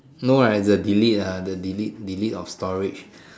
no right is the delete ah the delete delete of storage